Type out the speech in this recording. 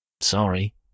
Sorry